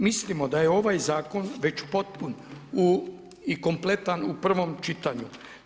Mislimo da je ovaj zakon već potpun i kompletan u prvom čitanju.